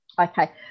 Okay